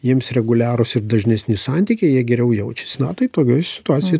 jiems reguliarūs ir dažnesni santykiai jie geriau jaučiasi na tai tokioj situacijoj